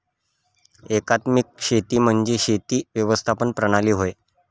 एकात्मिक शेती म्हणजे शेती व्यवस्थापन प्रणाली होय